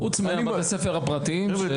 חוץ מבתי הספר הפרטיים.